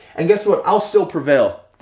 and guess what, i'll still prevail,